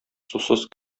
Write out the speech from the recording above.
сусыз